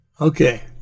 Okay